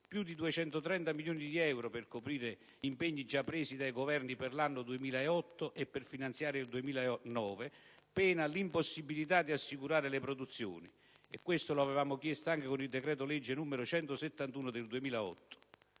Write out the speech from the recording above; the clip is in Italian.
più di 230 milioni di euro per coprire gli impegni già presi dai Governi per l'anno 2008 e per finanziare il 2009, pena l'impossibilità di assicurare le produzioni; questo lo avevamo chiesto anche con il decreto-legge n. 171 del 2008.